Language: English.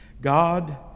God